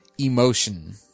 emotion